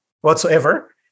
whatsoever